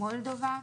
מולדובה,